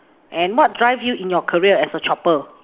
and what drive you in your career as a chopper